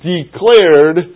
Declared